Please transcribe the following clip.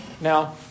Now